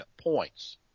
points